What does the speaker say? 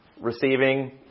receiving